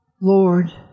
Lord